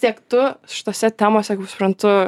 tiek tu šitose temose kaip suprantu